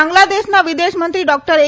બાંગ્લાદેશના વિદેશમંત્રી ડૉક્ટર એ